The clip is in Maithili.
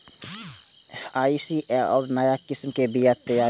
आई.सी.ए.आर नया किस्म के बीया तैयार करै छै